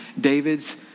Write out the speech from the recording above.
David's